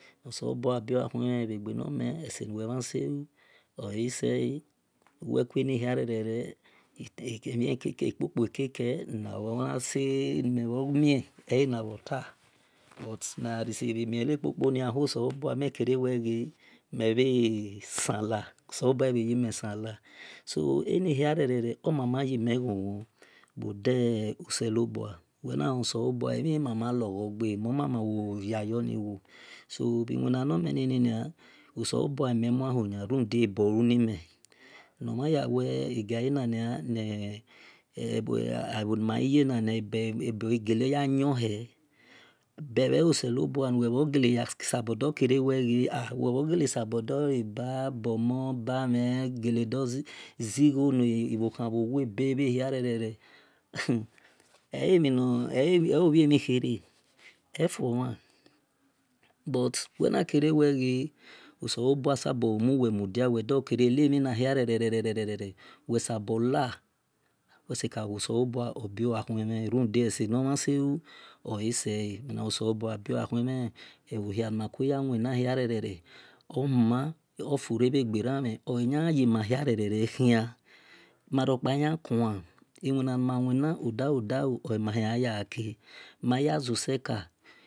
Oselobua biu akhuemeh bhe senu wel mhan selu olesele uwekue mhi hiarere ekpo kpo erere nime bhor mie ena bhota but mhe gha mie na kpo poni oselobua mel kere wel ghe mel bhe san la solobua bhe yime sanla wel na lon selobua emhi mamu loghor gbe wo iwina nor mel ninia selobua emhi mama loghor gbe wo iwina nor mel ninia selobua me mua hu ya rande eboluni me ebogji yaye yon hel bebhe oselobuanuwel bhor gele dor kere re bhe wel bho seyegele do laba bomon bamhen gele dozi gho nor bhokhan bho webe hia rere ee mhie mikere efuomhan but were na kere wenia ghu oselobu muwe. udia enemhi hana rerere wedabo la wel wo selobu obiu akuemhen runda emina selu odalo dalo o e mahia yan ya gja ghie mayazoseka